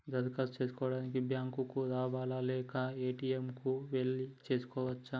దరఖాస్తు చేసుకోవడానికి బ్యాంక్ కు రావాలా లేక ఏ.టి.ఎమ్ కు వెళ్లి చేసుకోవచ్చా?